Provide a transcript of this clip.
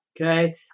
okay